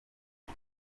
kwe